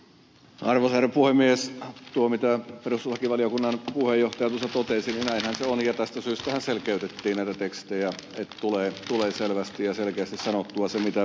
mitä perustuslakivaliokunnan puheenjohtaja tuossa totesi niin näinhän se on ja tästä syystähän selkeytettiin näitä tekstejä että tulee selvästi ja selkeästi sanottua se mitä myös tahdotaan